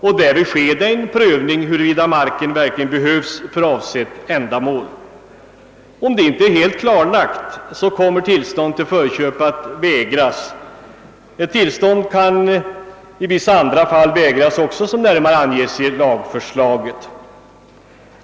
Därvid sker en prövning av frågan huruvida marken verkligen behövs för avsett ändamål. Om detta inte är helt klarlagt, kommer tillstånd till för köp att vägras. Tillstånd kan vägras också i vissa andra fall som närmare anges i lagförslaget.